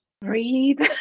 breathe